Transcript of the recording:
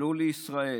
עלו לישראל.